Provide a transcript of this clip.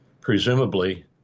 presumably